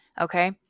Okay